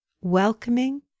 Welcoming